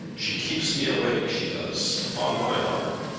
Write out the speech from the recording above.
she keeps me awake she does, upon my honour.